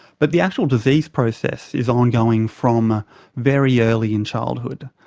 but the actual disease process is ongoing from very early in childhood.